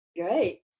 Great